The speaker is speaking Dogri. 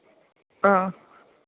हां